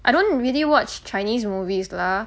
I don't really watch chinese movies lah